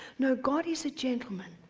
no, god is a gentleman,